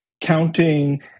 counting